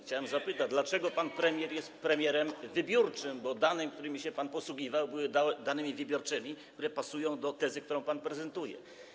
Chciałbym zapytać, dlaczego pan premier jest premierem wybiórczym, bo dane, którymi się pan posługiwał, były danymi wybiórczymi, które pasują do tezy, którą pan prezentuje.